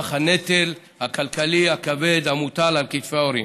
נוכח הנטל הכלכלי הכבד המוטל על כתפי ההורים.